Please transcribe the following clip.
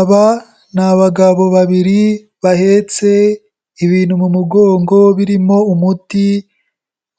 Aba ni abagabo babiri bahetse ibintu mu mugongo birimo umuti,